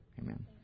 Amen